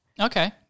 Okay